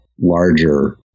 larger